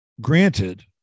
granted